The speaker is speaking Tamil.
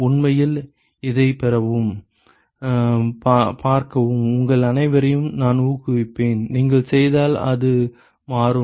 உண்மையில் இதைப் பெறவும் பார்க்கவும் உங்கள் அனைவரையும் நான் ஊக்குவிப்பேன் நீங்கள் செய்தால் அது மாறும்